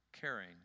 caring